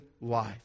life